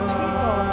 people